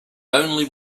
only